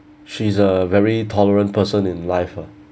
she's a very tolerant person in life ah